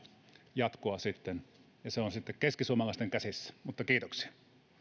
jatkoa sitten ja se on sitten keskisuomalaisten käsissä kiitoksia